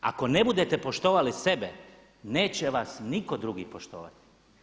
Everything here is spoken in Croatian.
Ako ne budete poštovali sebe neće vas nitko drugi poštovati.